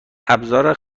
ابزار